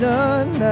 None